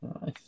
Nice